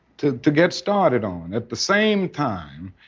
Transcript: to to get started on. at the same time,